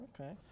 okay